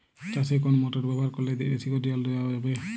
চাষে কোন মোটর ব্যবহার করলে বেশী করে জল দেওয়া যাবে?